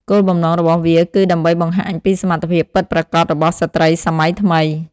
គោលបំណងរបស់វាគឺដើម្បីបង្ហាញពីសមត្ថភាពពិតប្រាកដរបស់ស្ត្រីសម័យថ្មី។